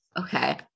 Okay